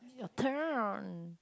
it's your turn